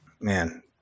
Man